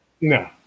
No